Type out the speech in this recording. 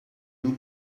nous